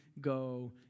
go